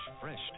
fresh